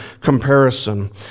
comparison